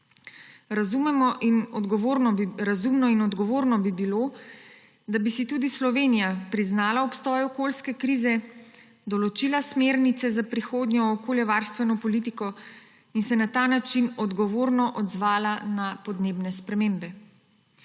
Razumno in odgovorno bi bilo, da bi si tudi Slovenija priznala obstoj okoljske krize, določila smernice za prihodnjo okoljevarstveno politiko in se na ta način odgovorno odzvala na podnebne spremembe.